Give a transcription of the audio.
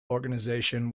organization